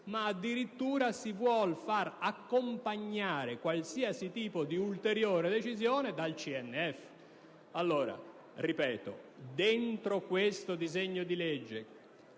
ma addirittura si vuole fare accompagnare qualsiasi tipo di ulteriore decisione dal parere del CNF. Ripeto che in questo disegno di legge